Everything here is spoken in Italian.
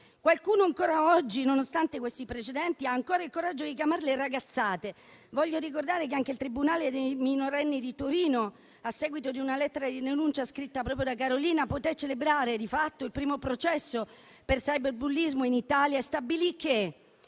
Qualcuno ancora oggi, nonostante questi precedenti, ha il coraggio di chiamarle "ragazzate". Voglio ricordare che anche il tribunale per i minorenni di Torino, a seguito di una lettera di denuncia, scritta proprio da Carolina, poté celebrare di fatto il primo processo per cyberbullismo in Italia e stabilì che